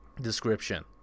description